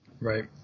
Right